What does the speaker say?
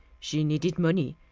she needed money,